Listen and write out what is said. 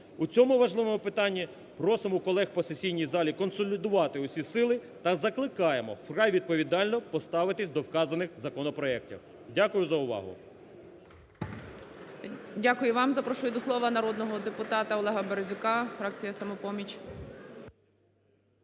У цьому важливому питанні просимо колег по сесійній залі консолідувати усі сили та закликаємо вкрай відповідально поставитися до вказаних законопроектів. Дякую за увагу. ГОЛОВУЮЧИЙ. Дякую вам. Запрошую до слова народного депутата Олега Березюка, фракція "Самопоміч".